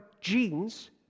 genes